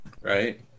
right